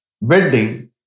wedding